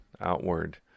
outward